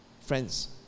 Friends